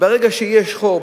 ברגע שיש חור,